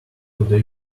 today